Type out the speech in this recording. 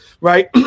Right